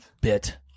Bit